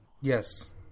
Yes